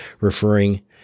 referring